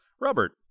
Robert